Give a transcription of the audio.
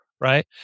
right